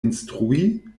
instrui